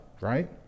right